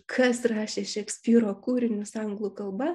kas rašė šekspyro kūrinius anglų kalba